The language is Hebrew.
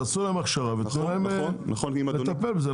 תעשו להם הכשרה ותנו להם לטפל בזה,